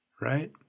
right